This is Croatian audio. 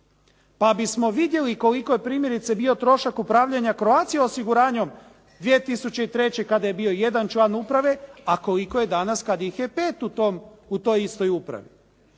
Pa bismo vidjeli koliko je primjerice bio trošak upravljanja Croatia osiguranjem 2003. kada je bio jedan član uprave a koliko je danas kad ih je pet u toj istoj upravi.